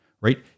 Right